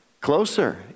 closer